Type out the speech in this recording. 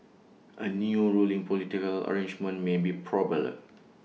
A new ruling political arrangement may be probable